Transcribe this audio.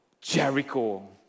Jericho